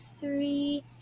three